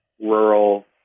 rural